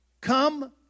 come